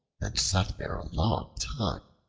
and sat there a long time.